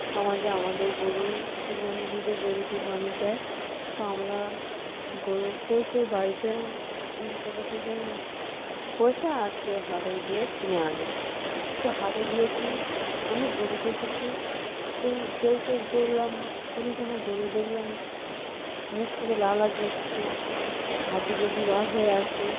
সমাজে আমাদের গরু কুরবানির ঈদে গরু কুরবানি দেয় তো আমরা গরু কেউ কেউ বাড়িতে ছোট থেকে পয়সা আর কেউ হাটে গিয়ে কিনে আনে তো হাটে গিয়েছি অনেক গরু দেখেছি তো কেউ কেউ দেখলাম কোনো কোনো গরু দেখলাম মুখ থেকে লালা ঝরছে হাড্ডি গুড্ডি বার হয়ে আছে